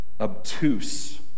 obtuse